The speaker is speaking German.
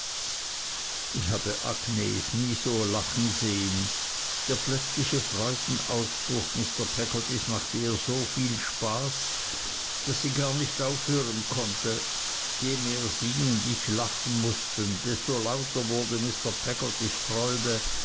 ich habe agnes nie so lachen sehen der plötzliche freudenausbruch mr peggottys machte ihr soviel spaß daß sie gar nicht aufhören konnte je mehr sie und ich lachen mußten desto lauter wurde mr peggottys freude